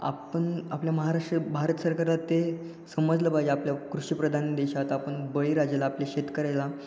आपण आपल्या महाराष्ट्र भारत सरकारात ते समजलं पाहिजे आपल्या कृषीप्रधान देशात आपण बळीराजाला आपल्या शेतकऱ्याला